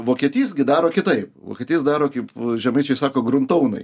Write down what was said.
vokietys gi daro kitaip vokietys daro kaip žemaičiai sako grumtounai